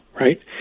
right